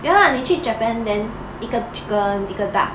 ya lah 你去 japan then 一个 chicken 一个 duck